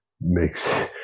makes